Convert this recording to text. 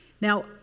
Now